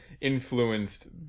influenced